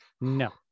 No